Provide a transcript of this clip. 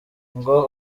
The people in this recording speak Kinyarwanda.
ngo